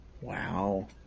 Wow